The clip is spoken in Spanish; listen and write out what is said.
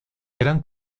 eran